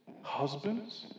husbands